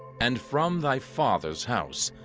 and from thy father's house,